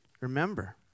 remember